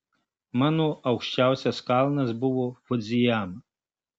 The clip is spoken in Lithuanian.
mano aukščiausias kalnas buvo fudzijama